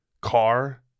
car